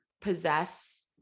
possess